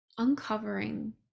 uncovering